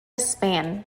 spain